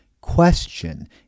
question